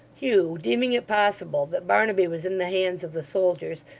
hugh, deeming it possible that barnaby was in the hands of the soldiers,